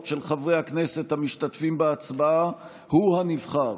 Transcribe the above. של חברי הכנסת המשתתפים בהצבעה הוא הנבחר.